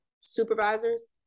supervisors